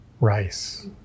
rice